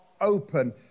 open